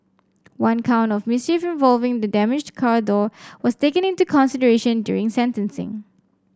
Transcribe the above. one count of mischief involving the damaged car door was taken into consideration during sentencing